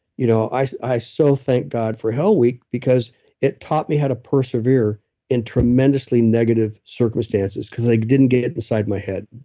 you know i i so thank god for hell week because it taught me how to persevere in tremendously negative circumstances because i didn't get it inside my head.